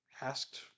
asked